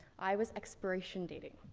i was expiration dating.